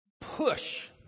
push